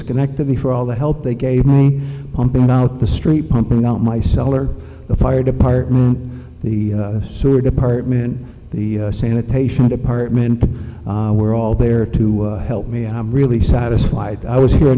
schenectady for all the help they gave me pumping it out the street pumping out my cellar the fire department the sewer department the sanitation department were all there to help me and i'm really satisfied i was here